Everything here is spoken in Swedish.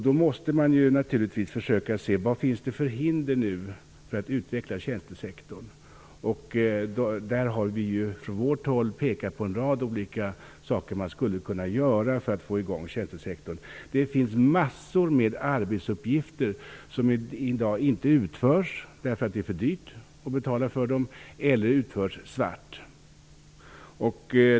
Då måste man naturligtvis försöka se vad det finns för hinder att utveckla tjänstesektorn. Där har vi från vårt håll pekat på en rad olika saker som man skulle kunna göra för att få i gång tjänstesektorn. Det finns massor av arbetsuppgifter som i dag inte utförs därför att det är för dyrt eller så utförs de svart.